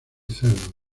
cerdos